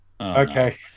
Okay